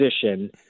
position